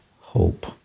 hope